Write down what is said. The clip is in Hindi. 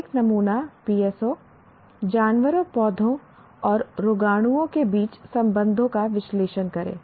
एक नमूना PSO जानवरों पौधों और रोगाणुओं के बीच संबंधों का विश्लेषण करें